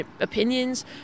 opinions